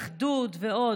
"אחדות" ועוד,